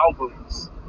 albums